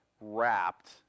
wrapped